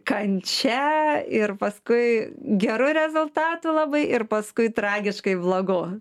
kančia ir paskui geru rezultatu labai ir paskui tragiškai blogu